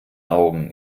augen